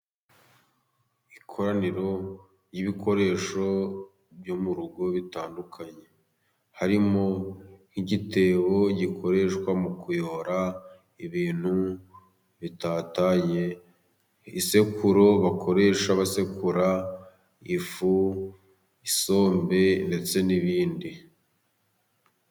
Ikoraniro ry'ibikoresho byo mu rugo bitandukanye harimo nk'igitebo gikoreshwa mu kuyora ibintu bitatanye isekuru bakoresha basekura ifu, isombe ndetse n'ibindi.